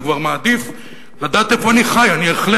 אני כבר מעדיף לדעת איפה אני חי.